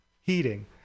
heating